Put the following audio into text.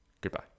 goodbye